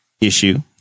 issue